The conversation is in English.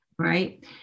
Right